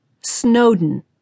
Snowden